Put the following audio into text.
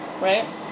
Right